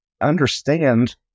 understand